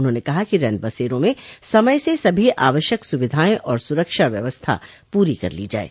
उन्होंन कहा कि रैन बसेरों में समय से सभी आवश्यक सुविधाएं और सुरक्षा व्यवस्था पूरी कर ली जाये